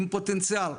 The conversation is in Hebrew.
עם פוטנציאל,